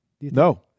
No